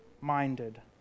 minded